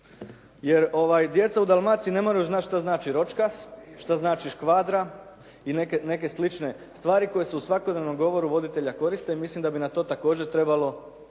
jer djeca u Dalmaciji ne moraju znati što znači ročkas, što znači škvadra i neke slične stvari koje se u svakodnevnom govoru voditelja koriste i mislim da bi na to također trebalo